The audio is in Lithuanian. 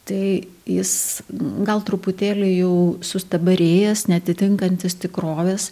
tai jis gal truputėlį jau sustabarėjęs neatitinkantis tikrovės